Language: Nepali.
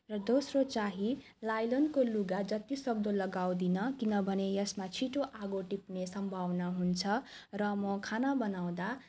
र दोस्रो चाहिँ नाइलोनको लुगा जति सक्दो लगाउँदिनँ किनभने यसमा छिटो आगो टिप्ने सम्भावना हुन्छ र म खाना बनाउँदा